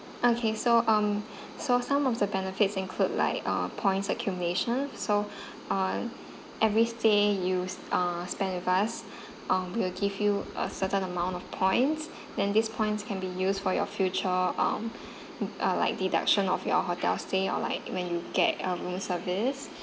okay so um so some of the benefits include like uh points accumulation so uh every stay you uh spend with us um we'll give you a certain amount of points then these points can be used for your future um uh like deduction of your hotel stay or like when you get a room service